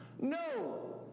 No